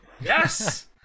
Yes